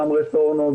גם רטורנו,